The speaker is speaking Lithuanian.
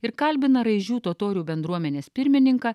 ir kalbina raižių totorių bendruomenės pirmininką